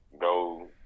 go